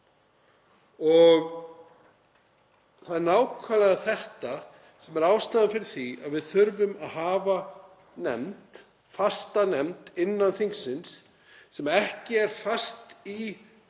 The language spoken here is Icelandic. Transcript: Það er nákvæmlega þetta sem er ástæðan fyrir því að við þurfum að hafa fastanefnd innan þingsins sem er ekki föst bara